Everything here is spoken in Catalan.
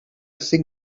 cinc